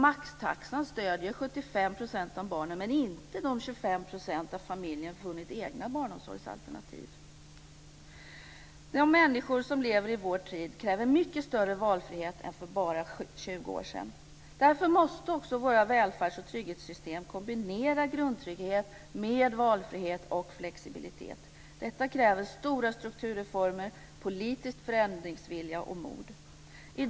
Maxtaxan stöder 75 % av barnen men inte de 25 % för vilka familjen funnit egna barnomsorgsalternativ. Människor som lever i vår tid kräver mycket större valfrihet än man gjorde för bara 20 år sedan. Därför måste våra välfärds och trygghetssystem kombinera grundtrygghet med valfrihet och flexibilitet. Detta kräver stora strukturreformer, politisk förändringsvilja och mod.